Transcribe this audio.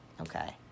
Okay